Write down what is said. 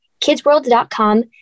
kidsworld.com